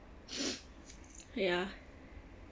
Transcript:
ya